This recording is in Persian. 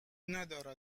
نداره